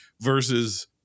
versus